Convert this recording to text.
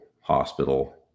hospital